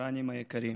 הווטרנים היקרים,